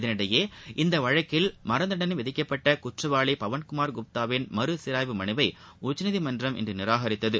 இதனிடையே இந்த வழக்கில் மரண தண்டனை விதிக்கப்பட்ட குற்றவாளி பவன்குமார் குப்தாவின் மறு சீராய்வு மனுவை உச்சநீதிமன்றம் இன்று நிராகித்தது